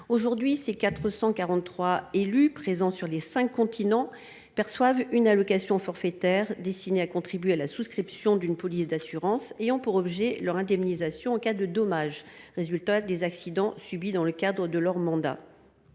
quotidien. Ces 443 élus, présents sur les cinq continents, perçoivent une allocation forfaitaire destinée à contribuer à la souscription d’une police d’assurance afin qu’ils puissent être indemnisés en cas de dommages résultant des accidents subis dans le cadre de leur mandat.